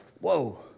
Whoa